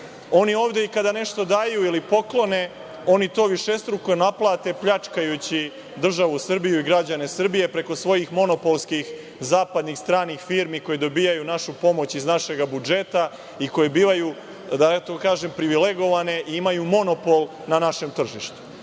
Oni ovde i kada nešto daju ili poklone oni to višestruko naplate pljačkajući državuSrbiju i građane Srbije preko svojih monopolskih, zapadnih stranih firmi, koji dobijaju našu pomoć iz našeg budžeta i koji bivaju privilegovane i imaju monopol na našem tržištu. Nema